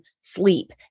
sleep